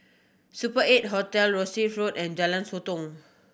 Super Eight Hotel Rosyth Road and Jalan Sotong